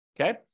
Okay